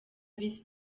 visi